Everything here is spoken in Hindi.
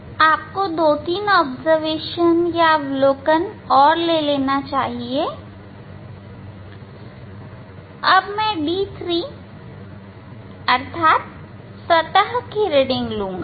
आपको दो या तीन अवलोकन और लेनी चाहिए अब मैं d3 अर्थात सतह के लिए रीडिंग लूंगा